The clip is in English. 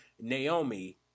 Naomi